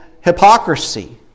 hypocrisy